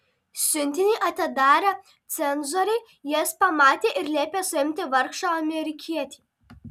siuntinį atidarę cenzoriai jas pamatė ir liepė suimti vargšą amerikietį